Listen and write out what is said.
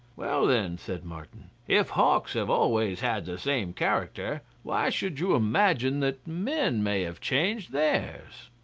well, then, said martin, if hawks have always had the same character why should you imagine that men may have changed theirs?